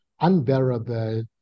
unbearable